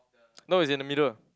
no it's in the middle